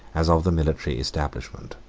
as of the military establishment.